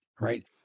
right